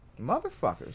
Motherfuckers